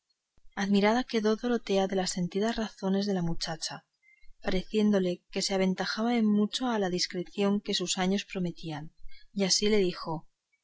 admirada quedó dorotea de las sentidas razones de la muchacha pareciéndole que se aventajaban en mucho a la discreción que sus pocos años prometían y así le dijo